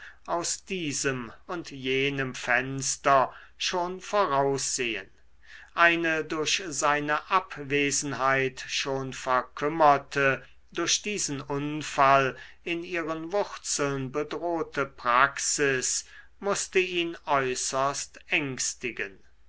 aus diesem und jenem fenster schon voraussehen eine durch seine abwesenheit schon verkümmerte durch diesen unfall in ihren wurzeln bedrohte praxis mußte ihn äußerst ängstigen